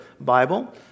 Bible